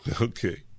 Okay